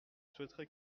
souhaiterais